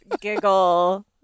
giggle